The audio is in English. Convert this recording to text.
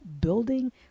building